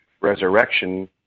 resurrection